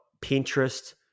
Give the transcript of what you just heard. Pinterest